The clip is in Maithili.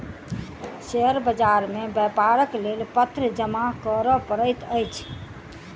शेयर बाजार मे व्यापारक लेल पत्र जमा करअ पड़ैत अछि